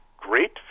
great